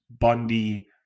Bundy